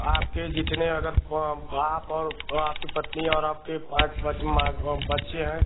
आपके जितने अगर आप और आपकी पत्नी और आपके पाँच बच्चे हैं